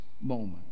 moment